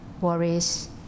worries